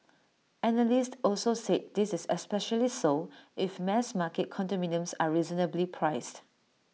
analysts also said this is especially so if mass market condominiums are reasonably priced